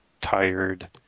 tired